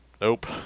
nope